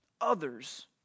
others